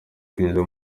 kwinjira